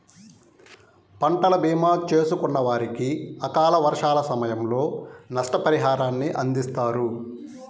పంటల భీమా చేసుకున్న వారికి అకాల వర్షాల సమయంలో నష్టపరిహారాన్ని అందిస్తారు